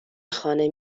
خانه